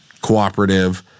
cooperative